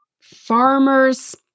Farmers